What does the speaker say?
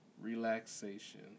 relaxation